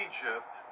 Egypt